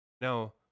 now